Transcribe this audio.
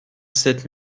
sept